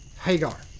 Hagar